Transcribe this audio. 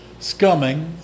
scumming